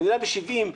המדינה ב-70%,